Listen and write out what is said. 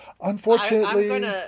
unfortunately